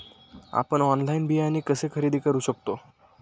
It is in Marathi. आपण ऑनलाइन बियाणे कसे खरेदी करू शकतो?